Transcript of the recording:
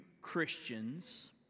Christians